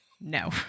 No